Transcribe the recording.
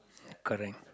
correct